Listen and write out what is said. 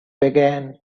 began